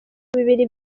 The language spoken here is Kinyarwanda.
bibiri